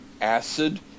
acid